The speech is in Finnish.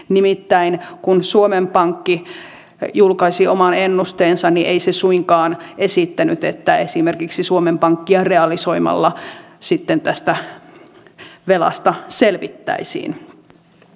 nimittäin kun suomen pankki julkaisi oman ennusteensa niin ei se suinkaan esittänyt että esimerkiksi suomen pankkia realisoimalla sitten tästä velasta selvittäisiin